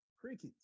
crickets